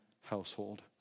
household